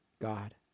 God